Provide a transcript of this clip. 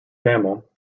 cammell